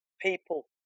people